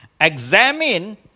examine